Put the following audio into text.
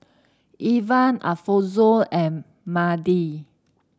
Evan Alfonzo and Madie